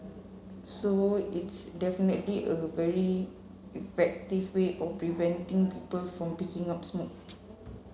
so it's definitely a very effective way of preventing people from picking up smoking